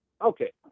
Okay